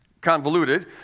convoluted